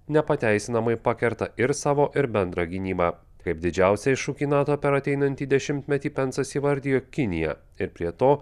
nepateisinamai pakerta ir savo ir bendrą gynybą kaip didžiausią iššūkį nato per ateinantį dešimtmetį pensas įvardijo kiniją ir prie to